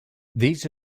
these